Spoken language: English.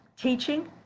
teaching